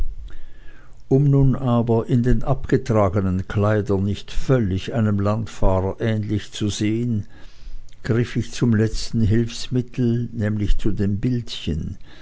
um nun aber in den abgetragenen kleidern nicht völlig einem landfahrer ähnlich zu sehen griff ich zum letzten hilfsmittel nämlich zu den bildchen